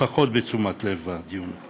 לפחות בתשומת לב בדיון.